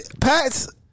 Pats